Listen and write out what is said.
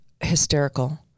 hysterical